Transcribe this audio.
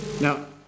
Now